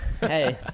hey